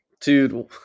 Dude